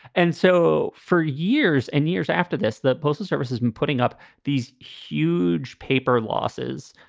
and so for years and years after this, the postal service has been putting up these huge paper losses,